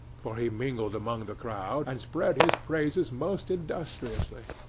for he mingled among the crowd, and spread his praises most industriously.